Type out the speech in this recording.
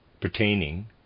pertaining